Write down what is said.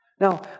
Now